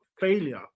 failure